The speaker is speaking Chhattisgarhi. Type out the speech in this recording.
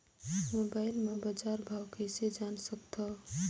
मोबाइल म बजार भाव कइसे जान सकथव?